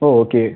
ഓ okay